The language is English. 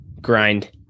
grind